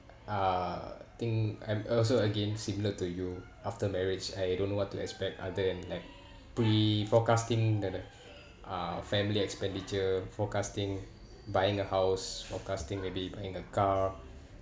uh think I'm also again similar to you after marriage I don't know what to expect other than like pre-forecasting that uh family expenditure forecasting buying a house forecasting maybe buying a car